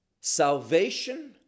salvation